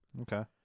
Okay